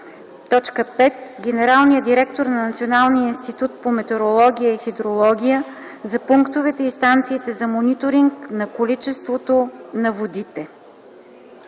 т. 2; 5. генералния директор на Националния институт по метеорология и хидрология – за пунктовете и станциите за мониторинг на количеството на водите”.”